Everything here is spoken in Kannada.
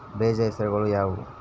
ಬೇಜದ ಹೆಸರುಗಳು ಯಾವ್ಯಾವು?